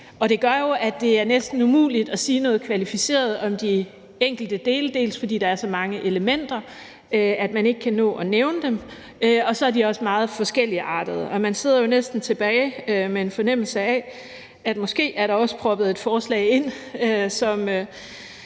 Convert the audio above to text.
Det gør jo, at det næsten er umuligt at sige noget kvalificeret om de enkelte dele, for dels er der så mange elementer, at man ikke kan nå at nævne dem, dels er de også meget forskelligartede. Og man sidder jo næsten tilbage med en fornemmelse af, at der måske også er proppet et forslag ind,